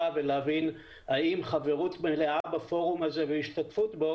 ולהבין האם חברות מלאה בפורום הזה והשתתפות בו